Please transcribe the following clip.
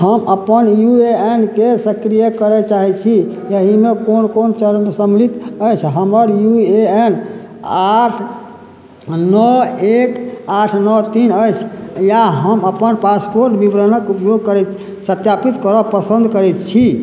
हम अपन U A N के सक्रिय करै चाहै छी एहिमे कोन कोन चरण सम्मिलित अछि हमर यू ए एन आठ नओ एक आठ नओ तीन अछि आ हम अपन पासपोर्ट विवरणक उपयोग करैत सत्यापित करब पसन्द करै छी